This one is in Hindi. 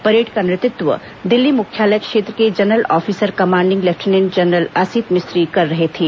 परेड का नेतृत्व दिल्ली मुख्यालय क्षेत्र के general officer commanding lieutenant general Asit Mistry कर रहे थे